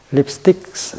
Lipsticks